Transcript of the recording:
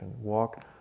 Walk